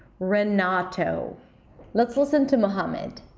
renato let's listen to mohammad.